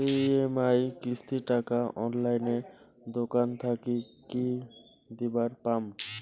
EMI কিস্তি টা অনলাইনে দোকান থাকি কি দিবার পাম?